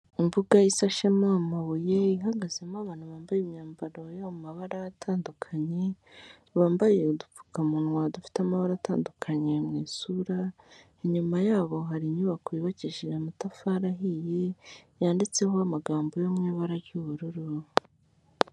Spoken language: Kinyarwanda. Imbuga ishashemo amabuye, ihagazemo abantu bambaye imyambaro yo mu mabara atandukanye, bambaye udupfukamunwa dufite amabara atandukanye mu isura, inyuma yabo hari inyubako yubakishije amatafari ahiye yanditseho amagambo yo mu ibara ry'ubururu.